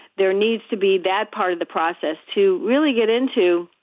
there needs to be that part of the process to really get into.